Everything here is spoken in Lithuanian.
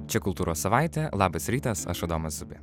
čia kultūros savaitė labas rytas aš adomas zubė